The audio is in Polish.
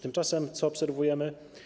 Tymczasem co obserwujemy?